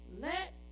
Let